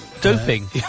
Doping